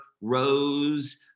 rose